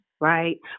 right